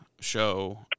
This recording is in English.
show